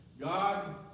God